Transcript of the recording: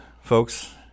folks